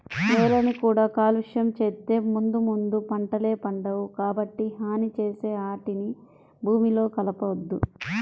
నేలని కూడా కాలుష్యం చేత్తే ముందు ముందు పంటలే పండవు, కాబట్టి హాని చేసే ఆటిని భూమిలో కలపొద్దు